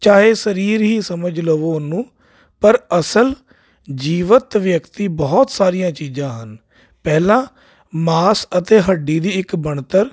ਚਾਹੇ ਸਰੀਰ ਹੀ ਸਮਝ ਲਵੋ ਉਹਨੂੰ ਪਰ ਅਸਲ ਜੀਵਤ ਵਿਅਕਤੀ ਬਹੁਤ ਸਾਰੀਆਂ ਚੀਜ਼ਾਂ ਹਨ ਪਹਿਲਾਂ ਮਾਸ ਅਤੇ ਹੱਡੀ ਦੀ ਇੱਕ ਬਣਤਰ